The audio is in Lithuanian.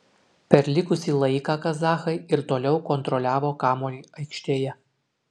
per likusį laiką kazachai ir toliau kontroliavo kamuolį aikštėje